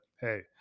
hey